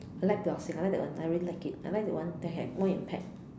I like Piloxing I like that one I really like it I like the one that has no impact